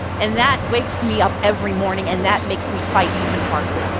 and that wakes me up every morning, and that makes me fight even harder.